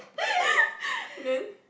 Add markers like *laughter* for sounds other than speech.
*laughs* then